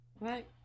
Right